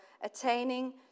attaining